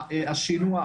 השינוע,